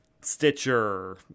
Stitcher